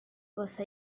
você